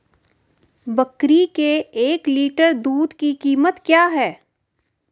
बकरी के एक लीटर दूध की कीमत क्या है?